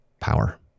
power